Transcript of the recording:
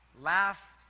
Laugh